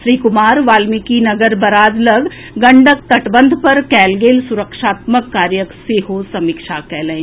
Shri Kumar Valmikinagar barrage लऽग गंडक तटबंध पर कयल गेल सुरक्षात्मक कार्यक सेहो समीक्षा कयलनि